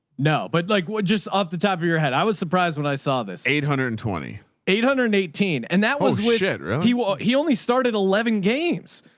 no, but like just off the top of your head, i was surprised when i saw this eight hundred and twenty eight hundred and eighteen and that was was shit. he wa he only started eleven games.